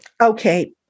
Okay